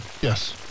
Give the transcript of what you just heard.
Yes